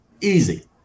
Easy